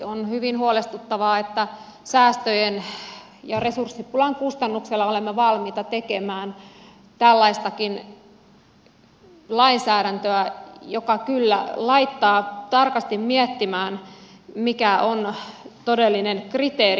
on hyvin huolestuttavaa että säästöjen ja resurssipulan kustannuksella olemme valmiita tekemään tällaistakin lainsäädäntöä joka kyllä laittaa tarkasti miettimään mikä on todellinen kriteeri